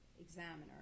examiner